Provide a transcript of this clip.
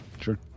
Sure